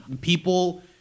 people